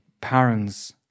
parents